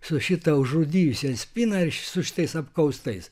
su šita užrūdijusią spyna ir su šitais apkaustais